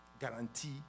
guarantee